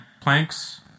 planks